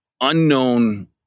unknown